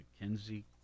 Mackenzie